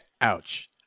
Ouch